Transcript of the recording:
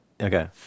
Okay